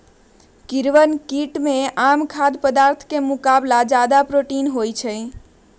कीड़वन कीट में आम खाद्य पदार्थ के मुकाबला ज्यादा प्रोटीन होबा हई